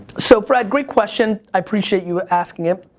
so, fred, great question, i appreciate you ah asking it.